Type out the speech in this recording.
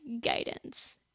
guidance